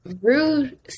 rude